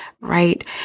right